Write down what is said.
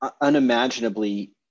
unimaginably